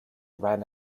ran